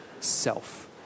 self